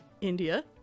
India